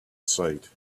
sight